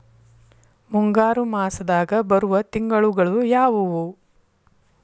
ಮುಂಗಾರು ಮಾಸದಾಗ ಬರುವ ತಿಂಗಳುಗಳ ಯಾವವು?